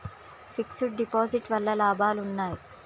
Fix డ్ deposit వల్ల లాభాలు ఉన్నాయి?